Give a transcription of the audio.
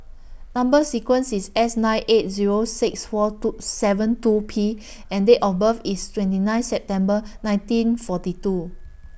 Number sequence IS S nine eight Zero six four two seven two P and Date of birth IS twenty nine September nineteen forty two